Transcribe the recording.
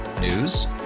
News